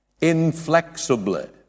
inflexibly